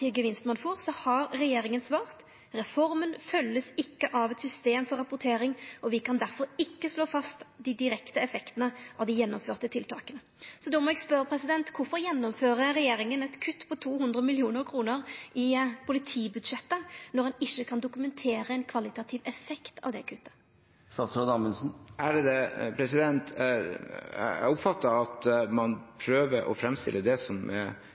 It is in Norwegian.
gevinst ein får, har regjeringa svart: «Reformen følges imidlertid ikke av et system for rapportering, og vi kan derfor ikke slå fast de direkte effektene av de gjennomførte tiltakene.» Då må eg spørja: Kvifor gjennomfører regjeringa eit kutt på 200 mill. kr i politibudsjettet når ein ikkje kan dokumentera ein kvalitativ effekt av dei kutta? Jeg oppfatter at man prøver å framstille det som